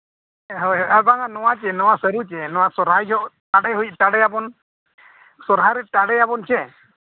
ᱦᱳᱭ ᱦᱳᱭ ᱟᱨ ᱵᱟᱝᱟ ᱱᱚᱣᱟ ᱪᱮᱫ ᱱᱚᱣᱟ ᱥᱟᱹᱨᱩ ᱪᱮᱫ ᱱᱚᱣᱟ ᱥᱚᱦᱨᱟᱭ ᱡᱚᱦᱚᱜ ᱪᱟᱰᱮ ᱡᱚᱦᱚᱜ ᱪᱟᱰᱮᱹᱭᱟᱵᱚᱱ ᱥᱚᱨᱦᱟᱭ ᱨᱮ ᱪᱟᱰᱮᱹᱭᱟᱵᱚᱱ ᱥᱮ